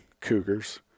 cougars